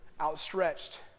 outstretched